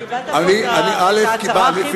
אתה קיבלת פה את ההצהרה הכי ברורה של הממשלה,